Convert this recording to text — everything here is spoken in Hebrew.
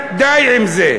די, די עם זה.